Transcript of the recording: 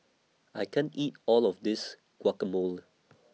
I can't eat All of This Guacamole